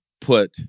put